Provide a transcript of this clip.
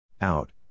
Out